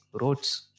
roads